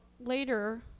later